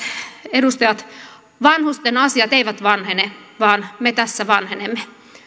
edustajat vanhusten asiat eivät vanhene vaan me tässä vanhenemme